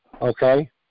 Okay